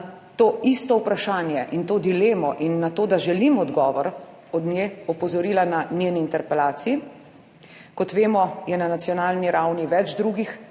na to isto vprašanje in to dilemo in na to, da želim odgovor od nje, opozorila na njeni interpelaciji. Kot vemo, je na nacionalni ravni več drugih